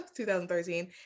2013